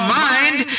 mind